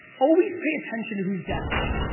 always pay attention to who's desperate.